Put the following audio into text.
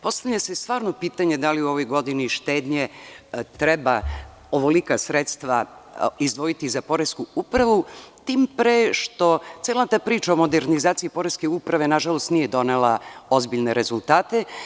Postavlja se pitanje da li u ovoj godini štednje treba ovolika sredstva izdvojiti za Poresku upravu, tim pre što cela ta priča o modernizaciji Poreske uprave, nažalost, nije donela ozbiljne rezultate.